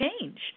change